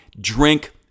drink